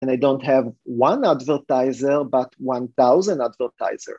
And I don't have one advertiser, but 1,000 advertisers.